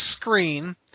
screen